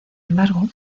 embargo